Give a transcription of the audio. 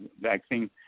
vaccine